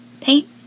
Paint